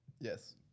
Yes